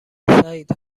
سعید